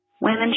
women